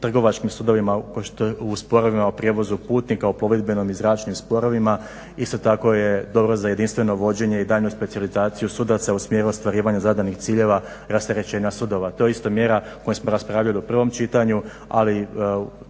Trgovačkim sudovima u sporovima o prijevozu putnika, o plovidbenom i zračnim sporovima isto tako je dobro za jedinstveno vođenje i daljnju specijalizaciju sudaca u smjeru ostvarivanja zadanih ciljeva, rasterećenja sudova. To je isto mjera o kojoj smo raspravljali o prvom čitanju, ali